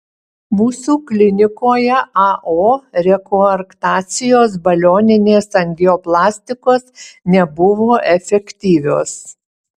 mūsų klinikoje ao rekoarktacijos balioninės angioplastikos nebuvo efektyvios